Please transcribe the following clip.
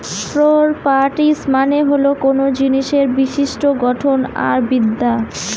properties মানে হল কোনো জিনিসের বিশিষ্ট্য গঠন আর বিদ্যা